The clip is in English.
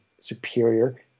superior